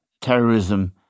terrorism